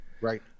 Right